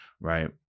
right